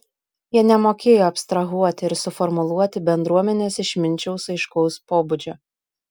jie nemokėjo abstrahuoti ir suformuluoti bendruomenės išminčiaus aiškaus pobūdžio